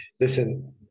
Listen